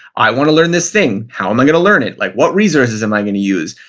i want to learn this thing. how am i going to learn it? like what resources am i going to use?